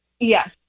Yes